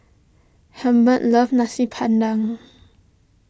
Hilbert loves Nasi Padang